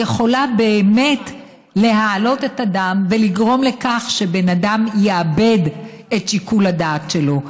יכולה באמת להעלות את הדם ולגרום לכך שבן אדם יאבד את שיקול הדעת שלו.